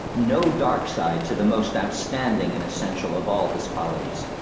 no dark side to the most outstanding and essential of all his qualities,